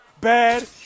bad